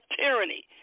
tyranny